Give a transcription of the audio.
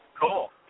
Cool